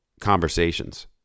conversations